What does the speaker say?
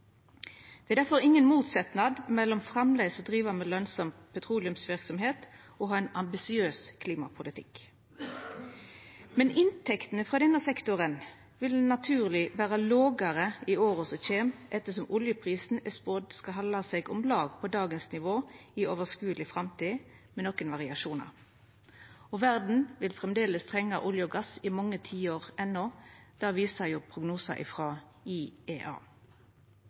Det er difor ingen motsetnad mellom framleis å driva med lønsam petroleumsverksemd og å ha ein ambisiøs klimapolitikk. Men inntektene frå denne sektoren vil naturleg vera lågare i åra som kjem, ettersom oljeprisen er spådd å halda seg om lag på dagens nivå i overskodeleg framtid, med nokre variasjonar. Verda vil framleis trenga olje og gass i mange tiår enno, det viser prognosar frå IEA.